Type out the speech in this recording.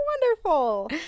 wonderful